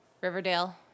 Riverdale